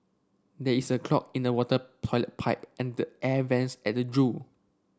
there is a clog in the water pilot pipe and the air vents at the